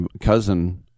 cousin